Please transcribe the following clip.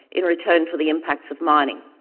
in return for the impacts of mining.